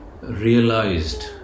realized